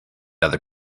other